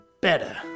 better